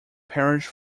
parish